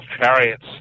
chariots